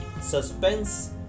suspense